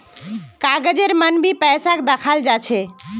कागजेर मन भी पैसाक दखाल जा छे